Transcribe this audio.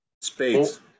Spades